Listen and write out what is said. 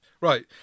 Right